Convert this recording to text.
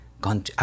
gone